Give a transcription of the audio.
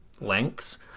lengths